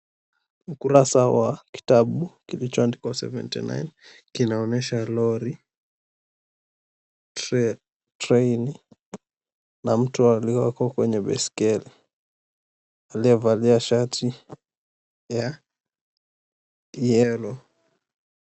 Ukurasa wa kitabu kilichoandikwa 79 linaonyesha lori, treini na mtu alioko kwenye baiskeli aliyevalia shati ya yellow .